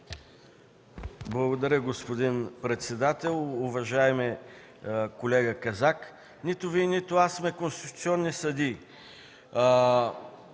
Благодаря, господин председател. Уважаеми колега Казак, нито Вие, нито аз сме конституционни съдии.